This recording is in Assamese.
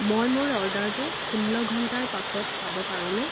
মই মোৰ অৰ্ডাৰটো ষোল্ল ঘণ্টাৰ পাছত পাব পাৰোঁনে